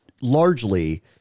largely